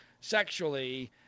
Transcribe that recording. sexually